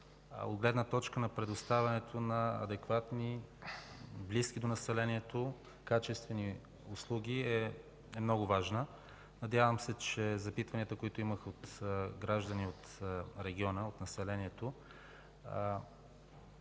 от гледна точка на предоставянето на адекватни, близки до населението качествени услуги, е много важна. Надявам се, че от запитванията, които имах от граждани от региона, от населението,